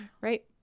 Right